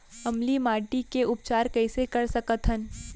अम्लीय माटी के उपचार कइसे कर सकत हन?